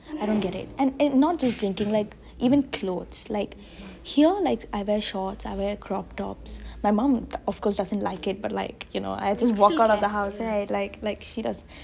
I don't get it and not just drinking even clothes like here I wear shorts I wear crop tops my mum of course does not like it but like you know I just walk out of the house right she doesn't